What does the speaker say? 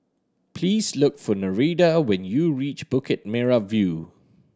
please look for Nereida when you reach Bukit Merah View